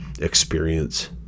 experience